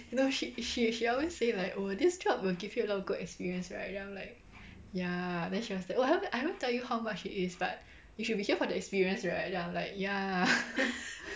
you know she she she always say like oh this job will give you a lot of good experience right then I'm like ya then she was like oh I haven't I haven't tell you how much it is but you should be here for the experience right then I'm like ya